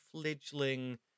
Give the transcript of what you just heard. fledgling